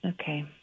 Okay